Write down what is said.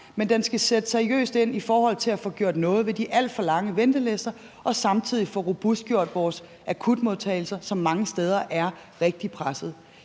Men den skal sætte seriøst ind i forhold til at få gjort noget ved de alt for lange ventelister og samtidig få robustgjort vores akutmodtagelser, som mange steder er rigtig pressede.